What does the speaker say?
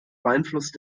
beeinflusst